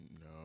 no